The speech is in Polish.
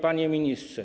Panie Ministrze!